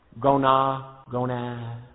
Gona-gona